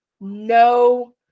no